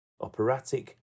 operatic